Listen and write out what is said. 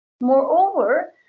moreover